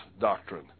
doctrine